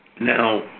Now